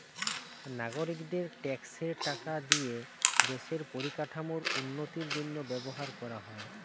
নাগরিকদের ট্যাক্সের টাকা লিয়ে দেশের পরিকাঠামোর উন্নতির জন্য ব্যবহার করা হয়